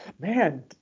Man